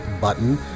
button